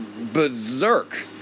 berserk